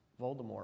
Voldemort